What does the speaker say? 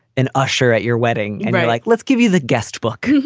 an usher at your wedding and like, let's give you the guest book.